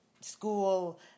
school